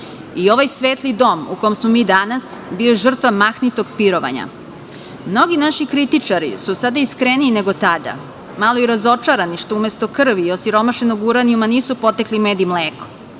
I ovaj svetli dom u kom smo mi danas bio je žrtva mahnitog pirovanja. Mnogi naši kritičari su sada iskreniji nego tada, malo i razočarani što umesto krvi i osiromašenog uranijuma nisu potekli med i mleko.